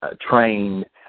trained